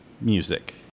music